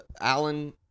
Alan